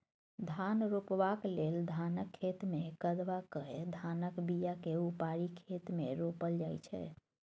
धान रोपबाक लेल धानक खेतमे कदबा कए धानक बीयाकेँ उपारि खेत मे रोपल जाइ छै